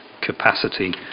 capacity